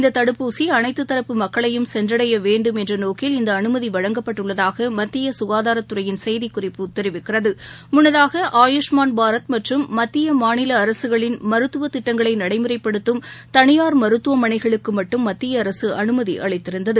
இந்த தடுப்பூசி அனைத்து தரப்பு மக்களையும் சென்றடைய வேண்டும் என்ற நோக்கில் இந்த அனுமதி வழங்கப்பட்டுள்ளதாக மத்திய சுகாதாரத்துறையின் செய்திக்குறிப்பு தெரிவிக்கிறது முன்னதாக ஆயுஷமான் பாரத் மற்றும் மத்திய மாநில அரசுகளின் மருத்துவ திட்டங்களை நடைமுறைப்படுத்தும் தனியார் மருத்துவமனைகளுக்கு மட்டும் மத்திய அரச அனுமதி அளித்திருந்தது